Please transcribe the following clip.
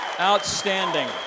Outstanding